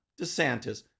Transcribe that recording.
DeSantis